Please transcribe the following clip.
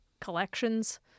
collections